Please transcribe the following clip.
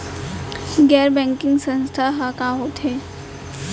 गैर बैंकिंग संस्था ह का होथे?